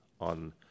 on